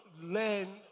learn